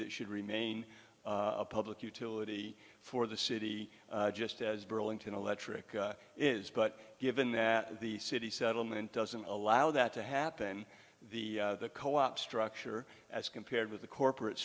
that should remain a public utility for the city just as burlington electric is but given that the city settlement doesn't allow that to happen the co op structure as compared with the corporate